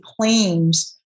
claims